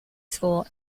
school